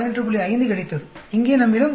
5 கிடைத்தது இங்கே நம்மிடம் 96